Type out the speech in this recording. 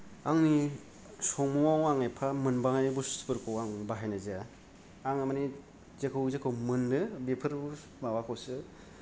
आंनि संमुआव आं एब्फा मोनबांयै बस्तुफोरखौ आं बाहाइनाय जाया आङो मानि जेखौ जेखौ मोननो बेफोर माबाखौसो